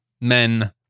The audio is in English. men